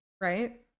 Right